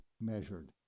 measured